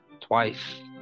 twice